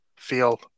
feel